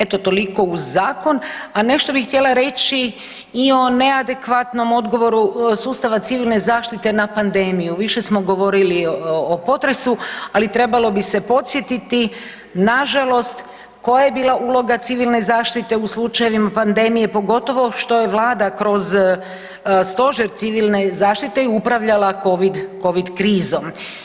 Eto toliko uz zakon, a nešto bih htjela reći i o neadekvatnom odgovoru sustava civilne zaštite na pandemiju, više smo govorili o potresu, ali trebalo bi se podsjetiti nažalost koja je bila uloga civilne zaštite u slučajevima pandemije pogotovo što je Vlada kroz stožer civilne zaštite upravljala Covid, Covid krizom.